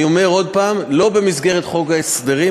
אני אומר עוד פעם, לא במסגרת חוק ההסדרים.